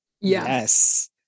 Yes